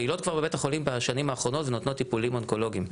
פעילות כבר בבית החולים בשנים האחרונות ונותנות טיפולים אונקולוגים.